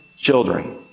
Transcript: children